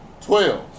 Twelve